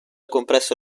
compresso